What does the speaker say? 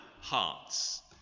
hearts